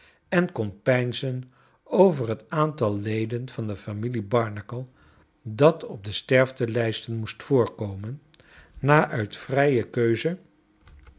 en kon peinzen over het aantal leden van de familie barnacle dat op de sterftclijsten moest voorkomen na uit vrije keuze